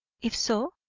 if so,